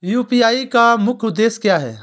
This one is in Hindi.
यू.पी.आई का मुख्य उद्देश्य क्या है?